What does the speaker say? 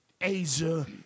Asia